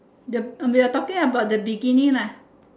the we are talking about the bikini lah